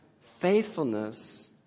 Faithfulness